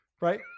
Right